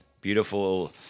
beautiful